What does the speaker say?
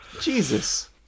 Jesus